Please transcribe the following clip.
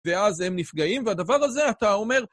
ואז הם נפגעים, והדבר הזה, אתה אומר...